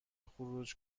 خروج